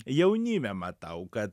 jaunime matau kad